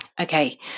Okay